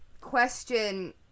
question